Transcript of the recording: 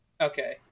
Okay